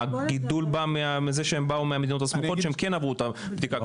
הגידול בא מזה שהם באו מהמדינות הסמוכות שהם כן עברו את הבדיקה.